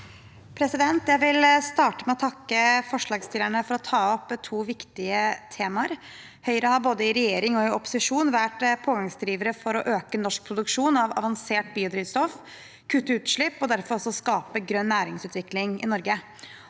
Jeg vil starte med å takke forslagsstillerne for at de tar opp to viktige temaer. Høyre har både i regjering og i opposisjon vært pådrivere for å øke norsk produksjon av avansert biodrivstoff, kutte utslipp og derfor også skape grønn næringsutvikling i Norge.